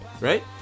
right